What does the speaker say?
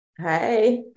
Hi